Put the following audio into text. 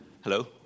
Hello